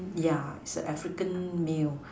yeah it's an African meal